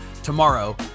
tomorrow